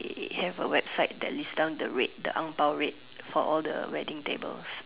have a website that list down the rate the ang-bao rate for all the wedding tables